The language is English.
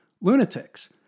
lunatics